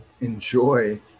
enjoy